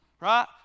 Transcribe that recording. Right